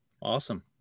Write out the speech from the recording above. Awesome